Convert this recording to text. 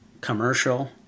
commercial